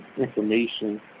information